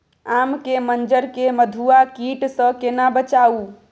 आम के मंजर के मधुआ कीट स केना बचाऊ?